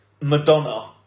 Madonna